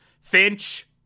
Finch